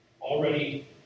Already